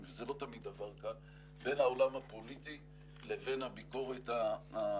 וזה לא תמיד עבד כאן בין העולם הפוליטי לבין הביקורת העניינית,